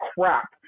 crap